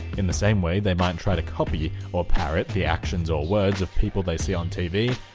in the same way, they might try to copy or parrot the actions or words of people they see on tv,